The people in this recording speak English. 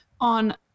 on